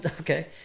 okay